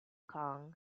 kong